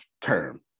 term